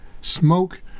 smoke